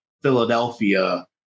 Philadelphia